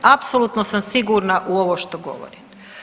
Apsolutno sam sigurna u ovo što govorim.